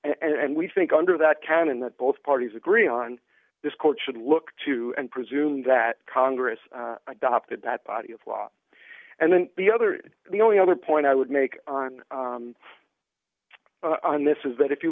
f and we think under that canon that both parties agree on this court should look to and presume that congress adopted that body of law and then the other the only other point i would make on and this is that if you